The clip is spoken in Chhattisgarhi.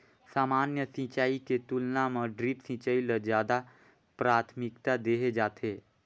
सामान्य सिंचाई के तुलना म ड्रिप सिंचाई ल ज्यादा प्राथमिकता देहे जाथे